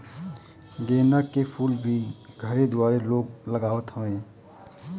गेंदा के फूल भी घरे दुआरे लोग लगावत हवे